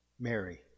Mary